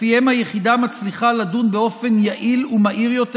שלפיהם היחידה מצליחה לדון באופן יעיל ומהיר יותר